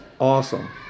awesome